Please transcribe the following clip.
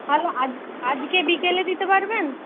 তাহলে আজ আজকে বিকেলে দিতে পারবেন